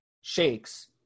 shakes